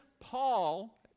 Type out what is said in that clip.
Paul